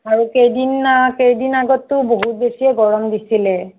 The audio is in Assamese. আৰু কেইদিনমান কেইদিন আগততো বহুত বেছিয়ে গৰম দিছিলে